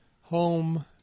home